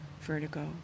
vertigo